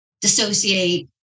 dissociate